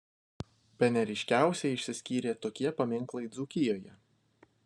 bene ryškiausiai išsiskyrė tokie paminklai dzūkijoje